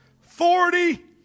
Forty